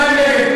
מה הם נגד?